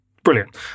Brilliant